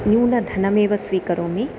न्यूनं धनमेव स्वीकरोमि